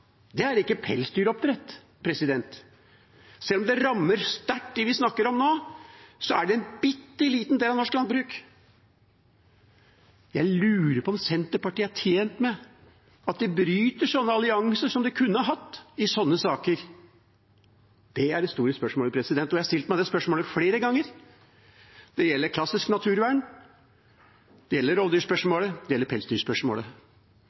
spørsmålet er ikke pelsdyroppdrett. Selv om det rammer sterkt dem vi snakker om nå, så er det en bitteliten del av norsk landbruk. Jeg lurer på om Senterpartiet er tjent med at de bryter sånne allianser, som de kunne ha hatt, i sånne saker. Det er det store spørsmålet, og jeg har stilt meg det spørsmålet flere ganger. Det gjelder klassisk naturvern, det gjelder rovdyrspørsmålet, det gjelder pelsdyrspørsmålet.